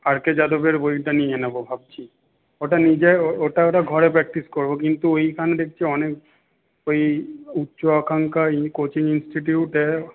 আর K যাদবের বইটা নিয়ে নেব ভাবছি ওটা নিজের ওটা ওটা ঘরে প্র্যাকটিস করব কিন্তু ওইখানে দেখছি অনেক ওই উচ্চ আকাঙ্খা কোচিং ইনস্টিটিউটে